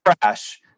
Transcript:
crash